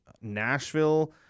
Nashville